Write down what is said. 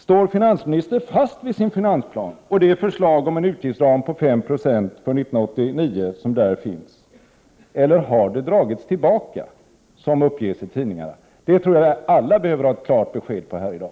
Står finansministern fast vid sin finansplan och det förslag om en utgiftsram på 5 90 för 1989 som anges i den? Eller har det förslaget, som det uppges i tidningarna, dragits tillbaka? Den frågan tror jag att alla här vill ha ett klart besked om i dag.